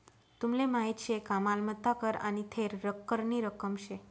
तुमले माहीत शे का मालमत्ता कर आने थेर करनी रक्कम शे